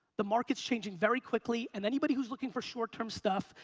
the market's changing very quickly, and anybody who's looking for short-term stuff,